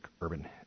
urban